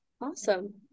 Awesome